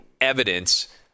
evidence